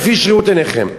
לפי שרירות עיניכם.